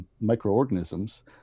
microorganisms